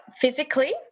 Physically